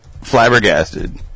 flabbergasted